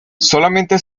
solamente